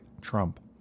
Trump